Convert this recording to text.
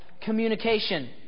communication